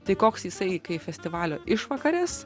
tai koks jisai kai festivalio išvakarės